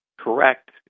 correct